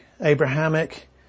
Abrahamic